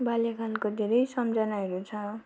बाल्यकालको धेरै सम्झनाहरू छ